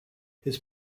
his